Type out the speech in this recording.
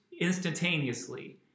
instantaneously